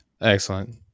Excellent